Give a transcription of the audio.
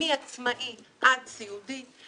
מעצמאי עד סיעודי,